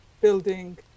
building